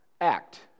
act